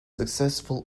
successful